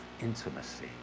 intimacy